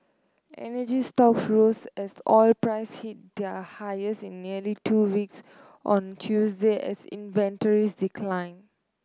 energy stock rose as oil price hit their highest in nearly two weeks on Tuesday as inventories decline